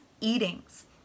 Eatings